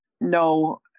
no